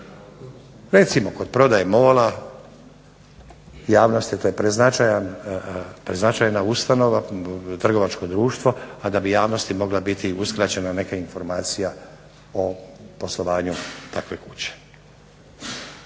Recimo kod prodaje MOL-a javnost je taj preznačajna ustanova, trgovačko društva a da bi javnosti mogla biti uskraćena neka informacija o poslovanju takve kuće.